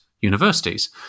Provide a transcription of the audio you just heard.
universities